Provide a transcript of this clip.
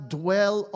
dwell